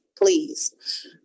Please